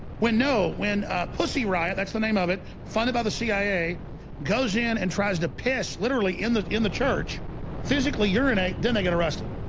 when no, when pussy riot. that's the name of it funded by the cia goes in and tries to piss literally in the in the church physically urinate then they get arrested.